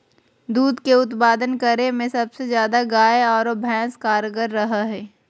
दूध के उत्पादन करे में सबसे ज्यादा गाय आरो भैंस कारगार रहा हइ